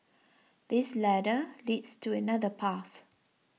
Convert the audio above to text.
this ladder leads to another path